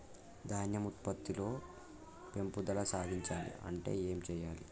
ధాన్యం ఉత్పత్తి లో పెంపుదల సాధించాలి అంటే ఏం చెయ్యాలి?